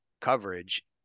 coverage